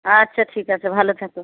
আচ্ছা ঠিক আছে ভালো থেকো